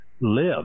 live